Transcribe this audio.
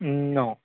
no